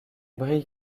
brille